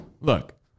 Look